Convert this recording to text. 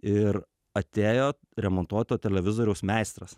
ir atėjo remontuoto televizoriaus meistras